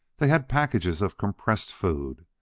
they had packages of compressed foods.